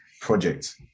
project